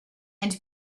and